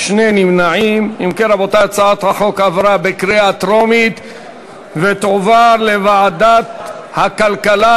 שינוי הרכב הוועדה הבין-משרדית וערעור על המלצותיה),